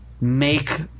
make